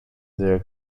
their